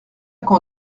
quand